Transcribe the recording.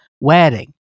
wedding